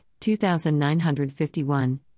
2951